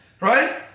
right